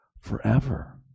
forever